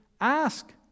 ask